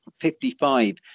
55